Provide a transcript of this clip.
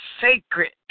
sacred